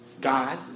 God